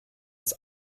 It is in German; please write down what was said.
von